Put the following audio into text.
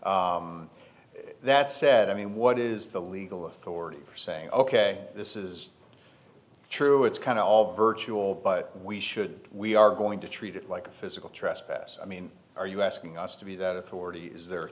t said i mean what is the legal authority for saying ok this is true it's kind of all virtual but we should we are going to treat it like a physical trespass i mean are you asking us to be that authority is there